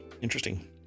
interesting